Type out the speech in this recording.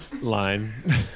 line